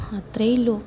അത്രയും ഒള്ളു